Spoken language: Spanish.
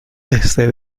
desde